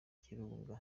kirunga